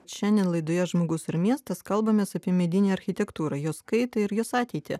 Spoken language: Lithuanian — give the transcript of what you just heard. šiandien laidoje žmogus ir miestas kalbamės apie medinę architektūrą jos kaitą ir jos ateitį